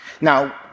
Now